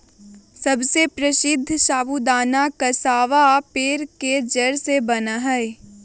सबसे प्रसीद्ध साबूदाना कसावा पेड़ के जड़ से बना हई